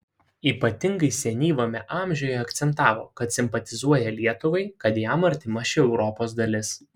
ypatingai senyvame amžiuje akcentavo kad simpatizuoja lietuvai kad jam artima šį europos dalis